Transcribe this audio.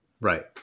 Right